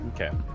okay